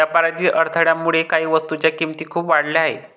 व्यापारातील अडथळ्यामुळे काही वस्तूंच्या किमती खूप वाढल्या आहेत